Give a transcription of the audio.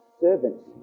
servants